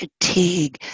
fatigue